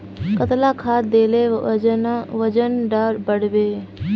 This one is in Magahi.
कतला खाद देले वजन डा बढ़बे बे?